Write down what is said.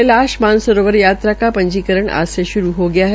Kailash Mansarovar यात्रा का पंजीकरण आज शुरू हो गया है